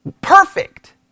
Perfect